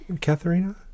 Katharina